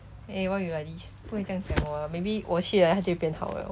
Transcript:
eh why you like these 不可以这样讲我的 maybe 我去了它就变好了:wo qu liaota jiu bian hao liao